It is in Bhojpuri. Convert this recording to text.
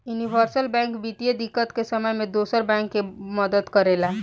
यूनिवर्सल बैंक वित्तीय दिक्कत के समय में दोसर बैंक के मदद करेला